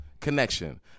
connection